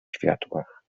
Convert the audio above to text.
światłach